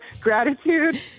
gratitude